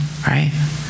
right